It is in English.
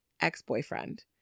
ex-boyfriend